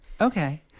Okay